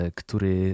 który